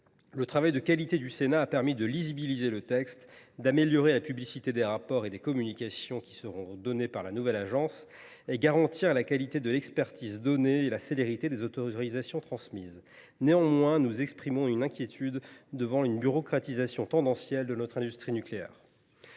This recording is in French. Le travail de qualité du Sénat a permis de rendre ce texte plus lisible, d’améliorer la publicité des rapports et des communications qui seront données par la nouvelle agence et de garantir la qualité de l’expertise donnée et la célérité des autorisations transmises. Néanmoins, nous exprimons notre inquiétude devant une bureaucratisation tendancielle de notre industrie nucléaire.